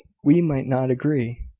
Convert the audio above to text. we might not agree.